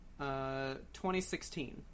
2016